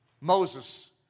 Moses